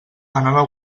anava